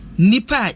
nipa